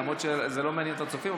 למרות שזה לא מעניין את הצופים,